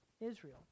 Israel